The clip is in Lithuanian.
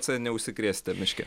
c neužsikrėsite miške